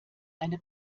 eine